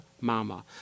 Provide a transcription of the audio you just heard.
mama